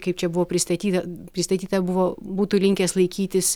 kaip čia buvo pristatyta pristatyta buvo būtų linkęs laikytis